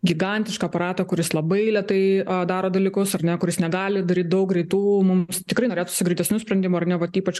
gigantišką aparatą kuris labai lėtai daro dalykus ar ne kuris negali daryt daug greitų mums tikrai norėtųsi greitesnių sprendimų ar ne vat ypač